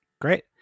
Great